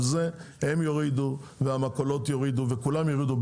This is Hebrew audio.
הם יורידו והמכולות יורידו וכולם יורידו,